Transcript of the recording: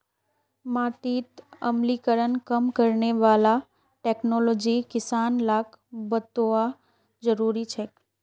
माटीत अम्लीकरण कम करने वाला टेक्नोलॉजी किसान लाक बतौव्वा जरुरी छेक